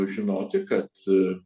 žinoti kad